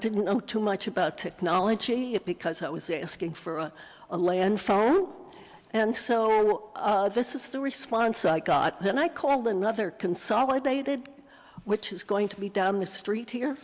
didn't know too much about technology it because i was a askin for a land farm and so this is the response i got then i called another consolidated which is going to be down the street here